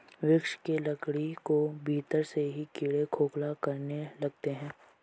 वृक्ष के लकड़ी को भीतर से ही कीड़े खोखला करने लगते हैं